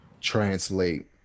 translate